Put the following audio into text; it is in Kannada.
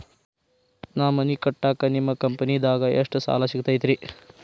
ನಾ ಮನಿ ಕಟ್ಟಾಕ ನಿಮ್ಮ ಕಂಪನಿದಾಗ ಎಷ್ಟ ಸಾಲ ಸಿಗತೈತ್ರಿ?